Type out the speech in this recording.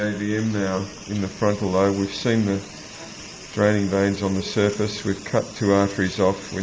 of the avm now in the frontal lobe. we've seen the draining veins on the surface, we've cut two arteries off,